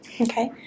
Okay